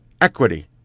equity